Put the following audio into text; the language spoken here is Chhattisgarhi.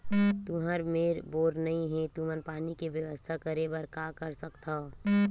तुहर मेर बोर नइ हे तुमन पानी के बेवस्था करेबर का कर सकथव?